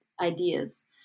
ideas